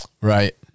Right